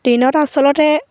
দিনত আচলতে